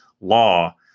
law